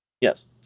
Yes